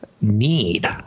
need